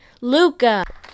Luca